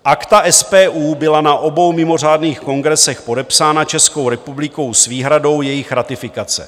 Akta SPU byla na obou mimořádných kongresech podepsána Českou republikou s výhradou jejich ratifikace.